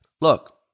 look